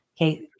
Okay